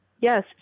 Yes